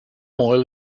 oil